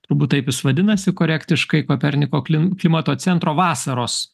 turbūt taip jis vadinasi korektiškai koperniko klin klimato centro vasaros